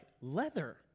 leather